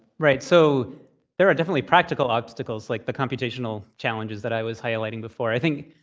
right. so there are definitely practical obstacles like the computational challenges that i was highlighting before. i think,